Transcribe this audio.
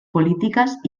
políticas